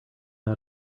how